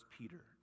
Peter